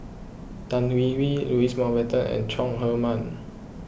Tan Hwee Hwee Louis Mountbatten and Chong Heman